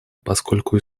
поскольку